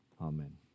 amen